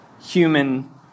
human